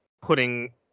putting